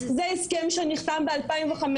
זה הסכם שנחתם ב-2015,